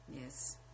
yes